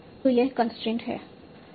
तो यह कंस्ट्रेंट्स है